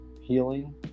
healing